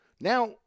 Now